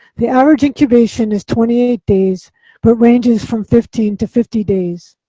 the average incubation is twenty eight days but ranges from fifteen to fifty days.